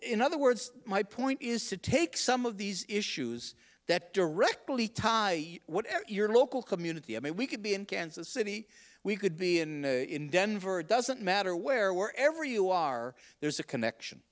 in other words my point is to take some of these issues that directly tie whatever your local community i mean we could be in kansas city we could be in in denver doesn't matter where where every you are there's a connection